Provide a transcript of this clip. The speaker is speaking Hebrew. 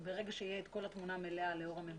ברגע שתהיה כל התמונה המלאה לאור הממצאים,